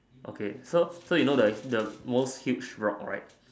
okay so so you know the the most huge rock right